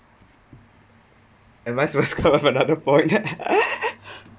for another point